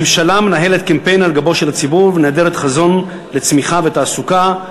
ממשלה המנהלת קמפיין על גבו של הציבור ונעדרת חזון של צמיחה ותעסוקה.